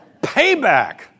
payback